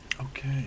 Okay